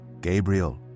Gabriel